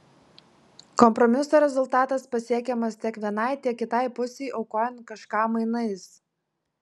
kompromiso rezultatas pasiekiamas tiek vienai tiek kitai pusei aukojant kažką mainais